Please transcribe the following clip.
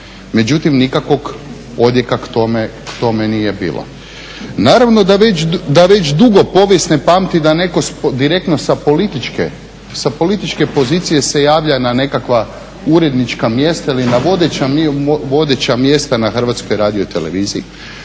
međutim nikakvog odjeka tome nije bilo. Naravno da već dugo povijest ne pamti da netko direktno sa političke pozicije se javlja na nekakva urednička mjesta ili na vodeća mjesta na HRT-u, naravno da je